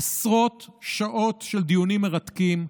עשרות שעות של דיונים מרתקים.